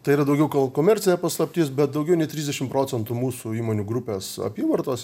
tai yra daugiau gal komercinė paslaptis bet daugiau nei trisdešim procentų mūsų įmonių grupės apyvartos